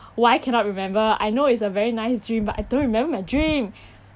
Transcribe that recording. why cannot remember I know it's a very nice dream but I don't remember my dream